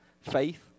faith